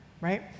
right